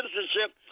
citizenship